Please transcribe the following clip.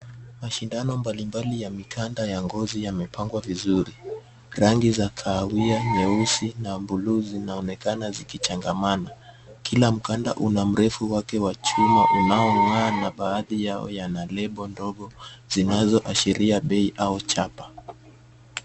Mashindano mbalimbali ya mikanda ya ngozi yamepangwa vizuri. Rangi za kahawia ,nyeusi na buluu zinaonekana zikichangamana. Kila mkanda una mrefu wake wa chuma unaong'aa na baadhi yao yana lebo dogo zinazoashiria bei au chapa.